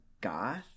goth